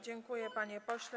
Dziękuję, panie pośle.